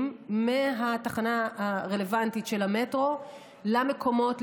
מהתחנה הרלוונטית של המטרו למקומות,